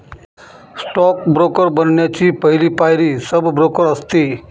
stock broker बनण्याची पहली पायरी सब ब्रोकर असते